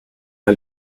had